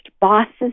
bosses